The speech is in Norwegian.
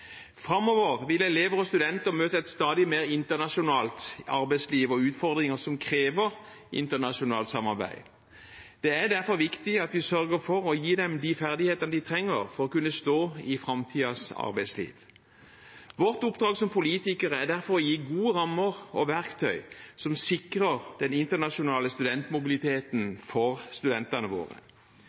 Framover vil elever og studenter møte et stadig mer internasjonalt arbeidsliv og utfordringer som krever internasjonalt samarbeid. Det er derfor viktig at vi sørger for å gi dem de ferdighetene de trenger for å kunne stå i framtidens arbeidsliv. Vårt oppdrag som politikere er derfor å gi gode rammer og verktøy som sikrer den internasjonale studentmobiliteten for studentene våre.